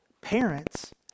Parents